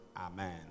Amen